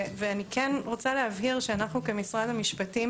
ואני כן רוצה להבהיר שאנחנו כמשרד המשפטים